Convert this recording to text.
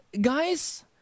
guys